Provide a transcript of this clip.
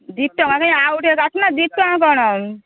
ଦୁଇ ଟଙ୍କା କାଇଁ ଆଉ ଟିକେ କାଟୁନ ଦୁଇ ଟଙ୍କା କ'ଣ